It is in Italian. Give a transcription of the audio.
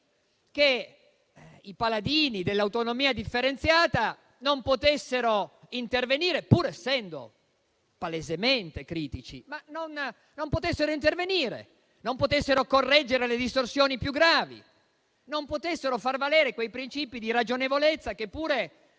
che i paladini dell'autonomia differenziata non potessero intervenire, pur essendo palesemente critici, per correggere le distorsioni più gravi, che non potessero far valere quei principi di ragionevolezza che pure